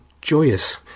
joyous